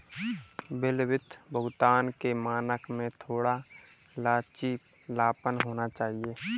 विलंबित भुगतान के मानक में थोड़ा लचीलापन होना चाहिए